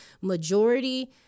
majority